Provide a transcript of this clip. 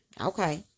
okay